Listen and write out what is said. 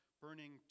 burning